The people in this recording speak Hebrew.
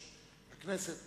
בבקשה.